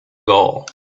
goal